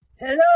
Hello